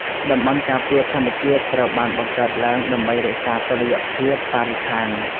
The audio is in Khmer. តំបន់ការពារធម្មជាតិត្រូវបានបង្កើតឡើងដើម្បីរក្សាតុល្យភាពបរិស្ថាន។